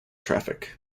traffic